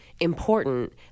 important